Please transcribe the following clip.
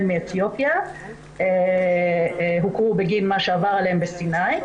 מאתיופיה שהוכרו בגין מה שעבר עליהם בסיני.